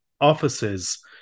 offices